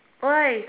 why